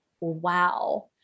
wow